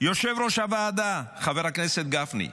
יושב-ראש הוועדה חבר הכנסת גפני,